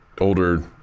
older